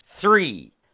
Three